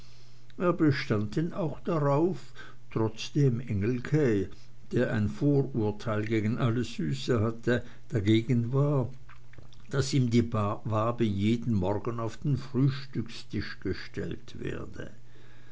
bestand denn auch darauf trotzdem engelke der ein vorurteil gegen alles süße hatte dagegen war daß ihm die wabe jeden morgen auf den frühstückstisch gestellt werde